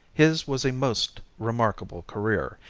his was a most remarkable career,